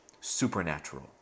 supernatural